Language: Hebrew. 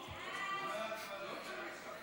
ההצעה להעביר את הצעת חוק הצעת חוק סדר